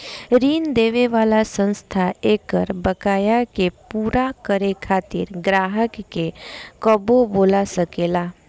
ऋण देवे वाला संस्था एकर बकाया के पूरा करे खातिर ग्राहक के कबो बोला सकेला